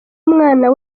umwana